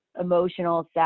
emotional